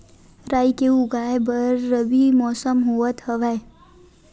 राई के उगाए बर रबी मौसम होवत हवय?